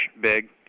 big